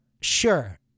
Sure